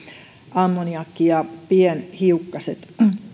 ammoniakki ja pienhiukkaset